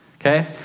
Okay